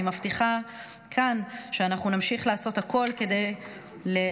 אני מבטיחה כאן שאנחנו נמשיך לעשות הכול על מנת